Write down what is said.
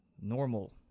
normal